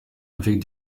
avec